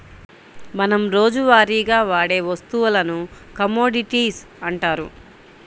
మనం రోజువారీగా వాడే వస్తువులను కమోడిటీస్ అంటారు